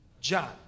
John